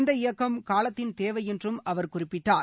இந்த இயக்கம் காலத்தின் தேவை என்றும் அவர் குறிப்பிட்டார்